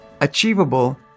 achievable